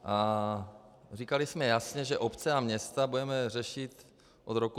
A říkali jsme jasně, že obce a města budeme řešit od roku 2017.